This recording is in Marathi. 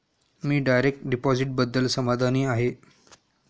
मी डायरेक्ट डिपॉझिटबद्दल समाधानी आहे